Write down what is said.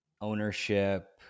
Ownership